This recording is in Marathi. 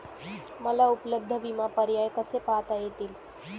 मला उपलब्ध विमा पर्याय कसे पाहता येतील?